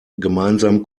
gemeinsam